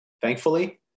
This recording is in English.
thankfully